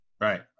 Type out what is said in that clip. Right